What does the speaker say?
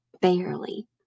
barely